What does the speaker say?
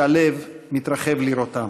שהלב מתרחב לראותם,